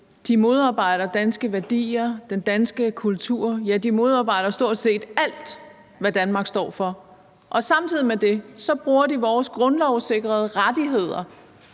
de modarbejder danske værdier og den danske kultur, ja, de modarbejder stort set alt, hvad Danmark står for. Samtidig med det bruger de vores grundlovssikrede rettigheder